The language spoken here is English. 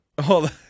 Hold